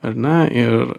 ar ne ir